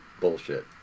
bullshit